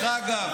לא --- מהקבינט,